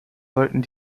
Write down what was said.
sollten